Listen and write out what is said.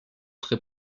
très